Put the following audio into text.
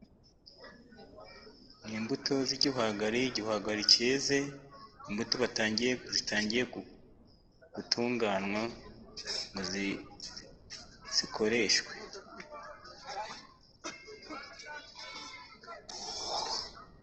Ni imbuto ziigihwagari, igihwagari cyeze imbuto batangiye gutunganywa zikoreshwe.